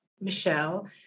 Michelle